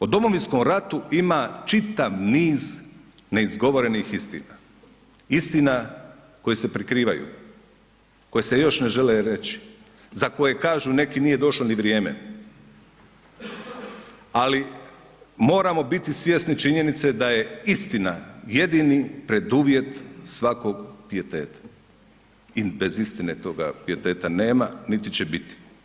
O domovinskom ratu ima čitav niz neizgovorenih istina, istina koje se prikrivaju, koje se još ne žele reći, za koje kažu neki nije došlo ni vrijeme, ali moramo biti svjesni činjenice da je istina jedini preduvjet svakog pijeteta i bez istine toga pijeteta nema, niti će biti.